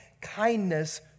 kindness